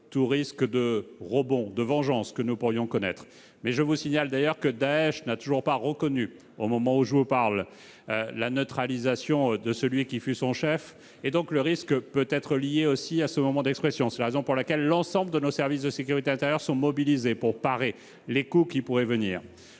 les risques de rebond ou de vengeance auxquels nous pourrions être confrontés. Je vous signale d'ailleurs que Daech n'a toujours pas reconnu, au moment où je vous parle, la neutralisation de celui qui fut son chef. Je n'exclus pas que le risque puisse être lié à ce moment d'expression. C'est la raison pour laquelle l'ensemble de nos services de sécurité intérieure sont mobilisés en vue de parer les coups qui pourraient venir.